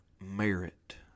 merit